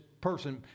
person